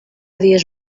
dies